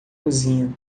cozinha